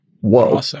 whoa